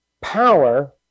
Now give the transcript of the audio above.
power